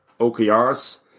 OKRs